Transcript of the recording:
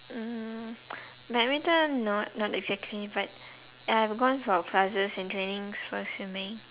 mm badminton not not exactly but uh I'm going for classes and trainings for swimming